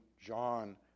John